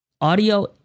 Audio